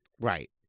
Right